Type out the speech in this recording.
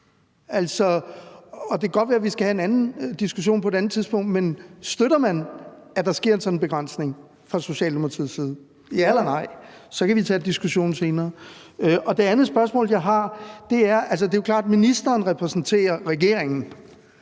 Det kan godt være, vi skal have en anden diskussion på et andet tidspunkt, men støtter man, at der sker en sådan begrænsning, fra Socialdemokratiets side – ja eller nej? Så kan vi tage diskussionen senere. Det andet spørgsmål, jeg har, drejer sig om, at det jo er ministeren, der repræsenterer regeringen